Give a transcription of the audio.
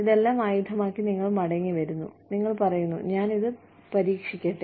ഇതെല്ലാം ആയുധമാക്കി നിങ്ങൾ മടങ്ങിവരുന്നു നിങ്ങൾ പറയുന്നു ഞാൻ ഇത് പരീക്ഷിക്കട്ടെ